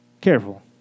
careful